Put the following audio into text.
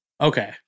Okay